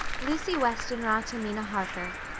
lucy westenra to mina harker.